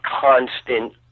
constant